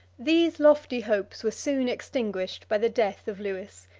these lofty hopes were soon extinguished by the death of lewis,